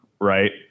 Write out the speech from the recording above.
right